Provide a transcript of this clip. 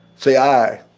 say aye